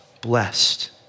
blessed